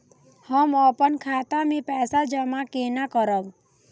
हम अपन खाता मे पैसा जमा केना करब?